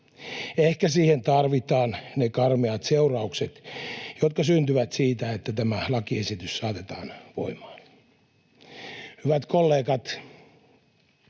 Ehkä siihen tarvitaan ne karmeat seuraukset, jotka syntyvät siitä, että tämä lakiesitys saatetaan voimaan. Hyvät kollegat!